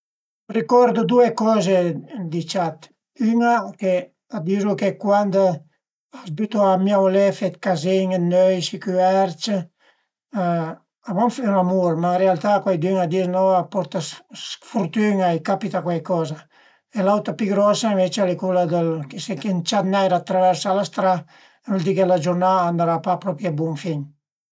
Ricordu due coze di ciat: üna che a dizu che cuand a s'büta a miaulé,a fe dë cazin dë nöit si cüverc, a van fe l'amur, ma ën realtà cuaidün a di no, a porta sfurtün-a, a i capita cuaicoza e l'autra pi grosa ënvece al e cula dël chë së ën ciat neir a traversa la strà a völ di chë la giurnà andrà pa propi a bun fin